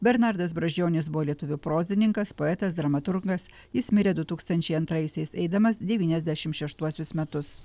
bernardas brazdžionis buvo lietuvių prozininkas poetas dramaturgas jis mirė du tūkstančiai antraisiais eidamas devyniasdešimt šeštuosius metus